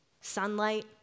sunlight